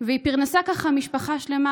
והיא פרנסה ככה משפחה שלמה,